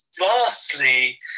vastly